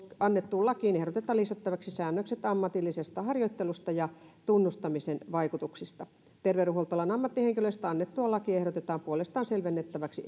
annettuun lakiin ehdotetaan lisättäväksi säännökset ammatillisesta harjoittelusta ja tunnustamisen vaikutuksista terveydenhuoltoalan ammattihenkilöistä annettua lakia ehdotetaan puolestaan selvennettäväksi